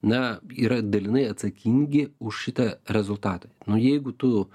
na yra dalinai atsakingi už šitą rezultatą nu jeigu tu